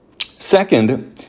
Second